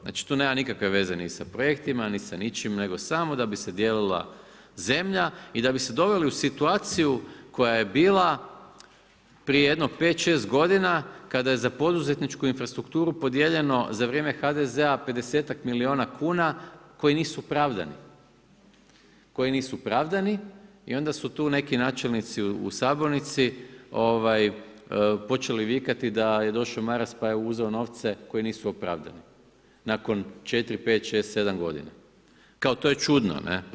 Znači tu nema nikakve veze ni sa projektima, ni sa ničim nego samo da bi se dijelila zemlja i da bi se doveli u situaciju koja je bila prije jedno pet, šest godina kada je za poduzetničku infrastrukturu podijeljeno za vrijeme HDZ-a pedesetak milijuna kuna koji nisu pravdani i onda su tu neki načelnici u sabornici počeli vikati da je došao Maras pa je uzeo novce koji nisu opravdani nakon 4,5,6,7 godina, kao to je čudno.